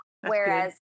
Whereas